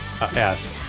yes